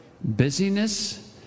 busyness